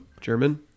german